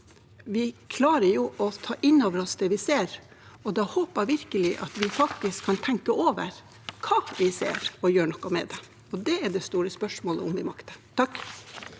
Vi klarer jo å ta inn over oss det vi ser, og da håper jeg virkelig at vi faktisk kan tenke over hva vi ser, og gjøre noe med det. Det er det store spørsmålet, om vi makter.